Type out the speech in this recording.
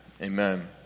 Amen